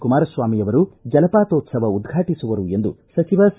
ಕುಮಾರಸ್ವಾಮಿ ಅವರು ಜಲಪಾತೋತ್ಸವ ಉದ್ವಾಟಿಸುವರು ಎಂದು ಸಚಿವ ಸಾ